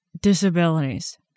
disabilities